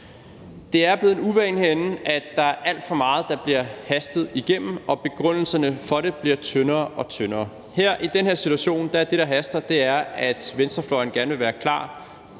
Det er blevet en uvane herinde, at der er alt for meget, der bliver hastet igennem, og begrundelserne for det bliver tyndere og tyndere. Her, i den her situation, er det, der haster, at venstrefløjen gerne vil være klar